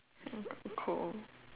I'm too cold